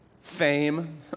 fame